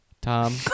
Tom